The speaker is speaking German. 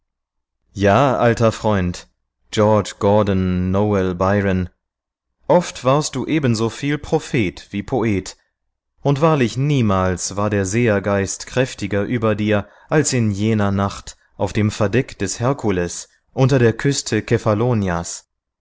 ja alter freund george gordon nol byron oft warst du ebenso viel prophet wie poet und wahrlich niemals war der sehergeist kräftiger über dir als in jener nacht auf dem verdeck des herkules unter der küste